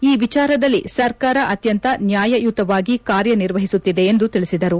ಈ ವಿಚಾರದಲ್ಲಿ ಸರ್ಕಾರ ಅತ್ತಂತ ನ್ವಾಯಯುತವಾಗಿ ಕಾರ್ಯನಿರ್ವಹಿಸುತ್ತಿದೆ ಎಂದು ತಿಳಿಸಿದರು